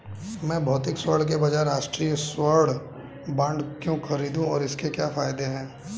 मैं भौतिक स्वर्ण के बजाय राष्ट्रिक स्वर्ण बॉन्ड क्यों खरीदूं और इसके क्या फायदे हैं?